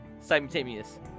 Simultaneous